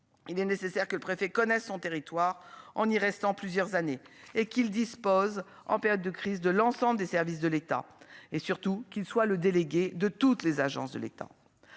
il est nécessaire que le préfet connaissent son territoire en y restant plusieurs années et qu'il dispose en période de crise de l'ensemble des services de l'État et surtout qu'il soit le délégué de toutes les agences de l'État,